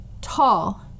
tall